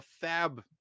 fab